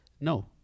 no